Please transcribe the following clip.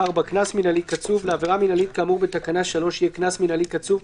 קנס מינהלי קצוב 4. לעבירה מינהלית כאמור בתקנה 3 יהיה קנס מינהלי קצוב,